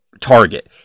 target